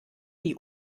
die